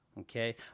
Okay